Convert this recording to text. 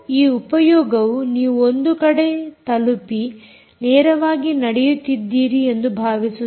ಈ ಉಪಯೋಗವು ನೀವು ಒಂದು ಕಡೆ ತಲುಪಿ ನೇರವಾಗಿ ನಡೆಯುತ್ತಿದ್ದೀರಿ ಎಂದು ಭಾವಿಸುತ್ತದೆ